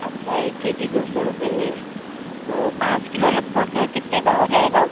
अच्छा एक K G दो सौ रुपये में तो पाँच किलो लगभग कितने का हो जाएगा